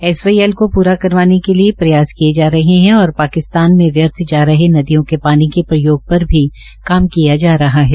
SYL को पूरा करवाने के लिये प्रयास किये जा रहे है और पाकिस्तान में व्यर्थ जा रहे नदियों के पानी के प्रयोग पर भी काम किया जा रहा है